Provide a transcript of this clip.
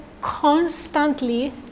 constantly